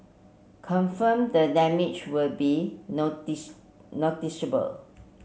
confirm the damage would be noticeable